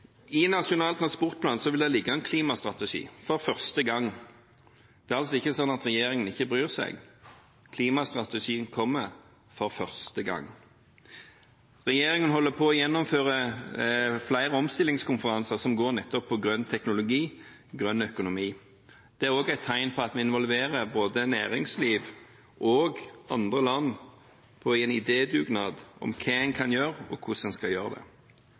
I Nasjonal transportplan vil det ligge en klimastrategi – for første gang. Det er altså ikke slik at regjeringen ikke bryr seg. Klimastrategien kommer – for første gang. Regjeringen holder på å gjennomføre flere omstillingskonferanser, som nettopp handler om grønn teknologi, grønn økonomi. Det er også et tegn at vi involverer både næringsliv og andre land i en idédugnad om hva en kan gjøre, og hvordan en skal gjøre det.